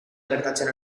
gertatzen